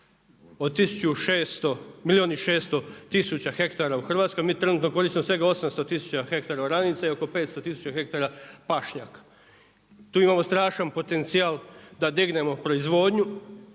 i 600 tisuća hektara u Hrvatskoj mi trenutno koristimo svega 800 tisuća hektara oranica i oko 500 tisuća hektara pašnjaka. Tu imamo strašan potencijal da dignemo proizvodnju